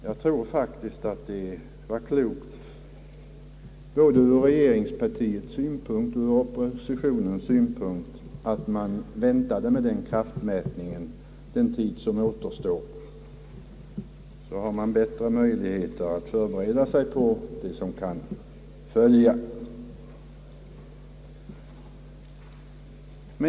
Jag tror faktiskt att det var klokt både ur regeringspartiets synpunkt och ur Oppositionens synpunkt att man väntade med den kraftmätningen under den tid som återstår, så att man får bättre möjligheter att förbereda sig på det som kan följa.